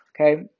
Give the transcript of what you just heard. okay